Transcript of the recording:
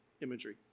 imagery